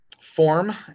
form